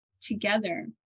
together